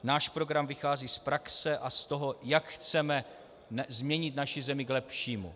Náš program vychází z praxe a z toho, jak chceme změnit naši zemi k lepšímu.